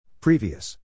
Previous